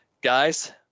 guys